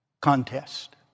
contest